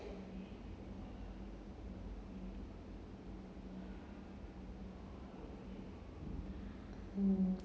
mm